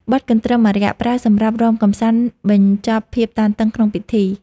បទកន្ទ្រឹមអារក្ស ប្រើសម្រាប់រាំកម្សាន្តបញ្ចប់ភាពតានតឹងក្នុងពិធី។